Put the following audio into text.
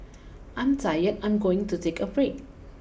I'm tired I'm going to take a break